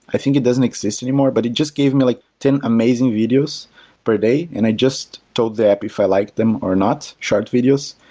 i think it doesn't exist anymore, but it just gave me like ten amazing videos per day. and i just told the app, if i like them or not, short videos,